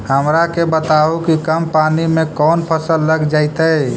हमरा के बताहु कि कम पानी में कौन फसल लग जैतइ?